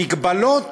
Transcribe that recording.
המגבלות